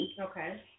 Okay